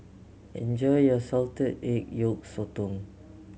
enjoy your salted egg yolk sotong